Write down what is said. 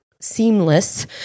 seamless